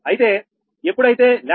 అయితే ఎప్పుడు అయితే 𝜆46